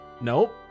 Nope